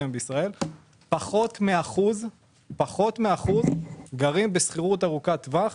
פחות מאחוז גרים בשכירות ארוכת טווח.